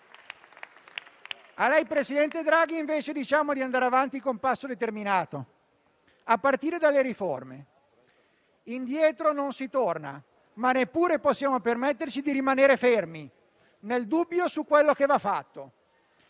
signor presidente Draghi, invece diciamo di andare avanti con passo determinato, a partire dalle riforme. Indietro non si torna, ma non possiamo neppure permetterci di rimanere fermi nel dubbio su quello che va fatto.